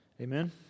Amen